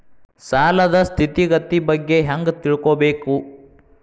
ಸಾಲದ್ ಸ್ಥಿತಿಗತಿ ಬಗ್ಗೆ ಹೆಂಗ್ ತಿಳ್ಕೊಬೇಕು?